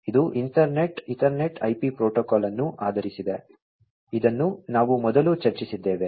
ಇದು Ethernet IP protocol ಅನ್ನು ಆಧರಿಸಿದೆ ಇದನ್ನು ನಾವು ಮೊದಲು ಚರ್ಚಿಸಿದ್ದೇವೆ